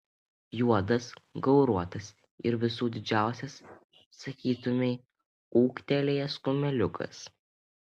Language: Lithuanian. juodas gauruotas ir visų didžiausias sakytumei ūgtelėjęs kumeliukas